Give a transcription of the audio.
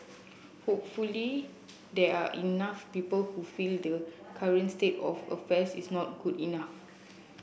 hopefully there are enough people who feel the current state of affairs is not good enough